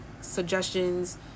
suggestions